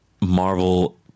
Marvel